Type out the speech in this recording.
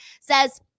says